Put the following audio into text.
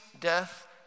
death